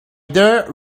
dear